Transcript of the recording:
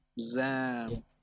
zam